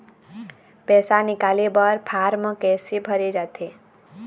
पैसा निकाले बर फार्म कैसे भरे जाथे?